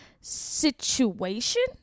situation